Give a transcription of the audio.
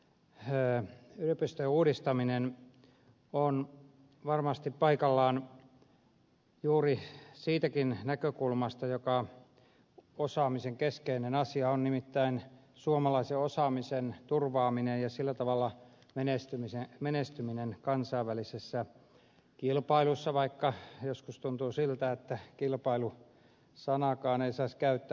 tämä yliopistojen uudistaminen on varmasti paikallaan juuri siitäkin näkökulmasta että osaamisen keskeinen asia on nimittäin suomalaisen osaamisen turvaaminen ja sillä tavalla menestyminen kansainvälisessä kilpailussa vaikka joskus tuntuu siltä että kilpailu sanaakaan ei saisi käyttää